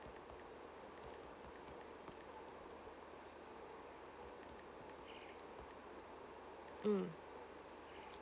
mm